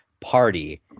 party